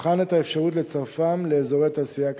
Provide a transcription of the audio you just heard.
נבחן את האפשרות לצרפם לאזורי תעשייה קיימים.